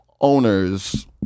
owners